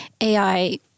AI